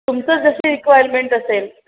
तुमचं जशी रिक्वायरमेंट असेल